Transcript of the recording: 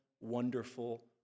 wonderful